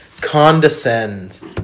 condescends